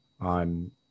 on